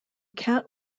cat